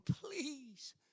please